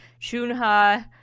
Shunha